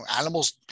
animals